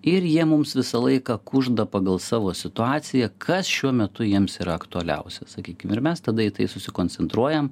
ir jie mums visą laiką kužda pagal savo situaciją kas šiuo metu jiems yra aktualiausia sakykim ir mes tada į tai susikoncentruojam